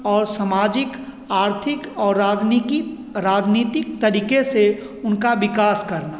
और सामाजिक आर्थिक और राजनिकी राजनीतिक तरीके से उनका विकास करना